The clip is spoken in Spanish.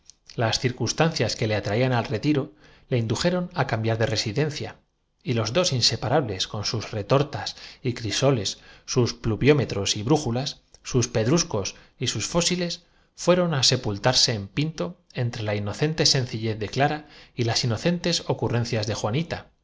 las circunstancias que le atraían al retiro le indujeron á cambiar de residen nunca acompañado de su hija a quien se los propina ban para adquirir carnes sin conseguirlo tampoco cia y los dos inseparables con sus retortas y crisoles sus pluviómetros y brújulas sus pedrúseos y sus fó visto pues que mamerta a pesar del matrimonio no siles fueron á sepultarse en pinto entre la inocente engordaba se decidió que aquel año iría con su padre sencillez de clara y las inocentes ocurrencias de